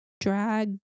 drag